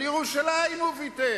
על ירושלים הוא ויתר.